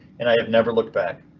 and i have never looked back.